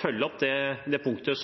følge opp det punktet